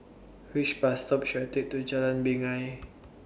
Which Bus stop should I Take to Jalan Binjai